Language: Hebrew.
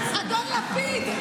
אדון לפיד,